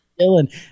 Dylan